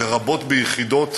לרבות ביחידות